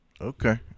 Okay